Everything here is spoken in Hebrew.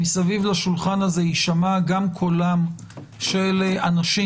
סביב שולחן הזה יישמע גם קולם של אנשים